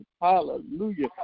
Hallelujah